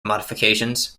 modifications